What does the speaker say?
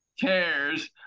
cares